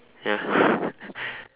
ya